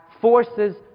forces